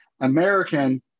American